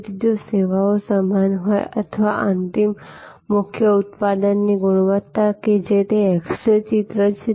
તેથી જો સેવાઓ સમાન હોય અથવા અંતિમ મુખ્ય ઉત્પાદનની ગુણવત્તા જે તે એક્સ રે ચિત્ર છે